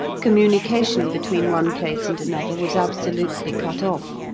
communication between one place and another was absolutely cut off,